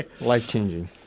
Life-changing